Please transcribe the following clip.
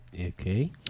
Okay